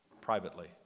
Privately